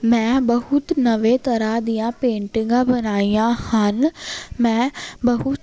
ਮੈਂ ਬਹੁਤ ਨਵੇਂ ਤਰਾ ਦੀਆ ਪੇਂਟਿੰਗਾਂ ਬਣਾਈਆਂ ਹਨ ਮੈਂ ਬਹੁਤ